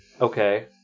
Okay